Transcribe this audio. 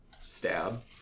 stab